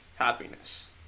happiness